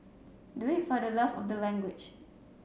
do it for the love of the language